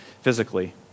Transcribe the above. physically